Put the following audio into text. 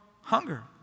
hunger